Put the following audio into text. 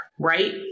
Right